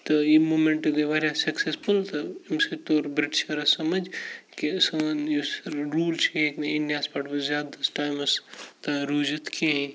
تہٕ یہِ موٗمٮ۪نٛٹ گٔے واریاہ سٮ۪کسَسفُل تہٕ اَمہِ سۭتۍ توٚر بِرٛٹشَرَس سَمٕجھ کہِ سٲنۍ یُس روٗل چھِ یہِ ہیٚکہِ نہٕ اِنٛڈیاہَس پٮ۪ٹھ وۄنۍ زیادَس ٹایمَس تہٕ روٗزِتھ کِہیٖنۍ